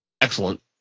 excellent